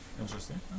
Interesting